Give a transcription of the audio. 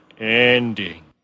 ending